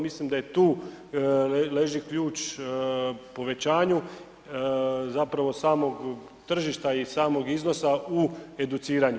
Mislim da i tu leži ključ povećanju, zapravo samog tržišta i samog iznosa u educiranju.